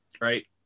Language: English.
right